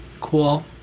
cool